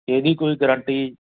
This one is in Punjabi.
ਇਹਦੀ ਕੋਈ ਗਰੰਟੀ